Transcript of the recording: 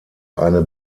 eine